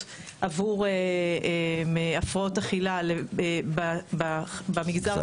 ייעודיות בתוך הקהילה ועוד טיפול בתוך הקהילה טיפול,